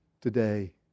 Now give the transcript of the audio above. today